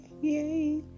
Yay